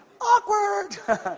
awkward